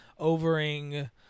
overing